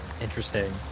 Interesting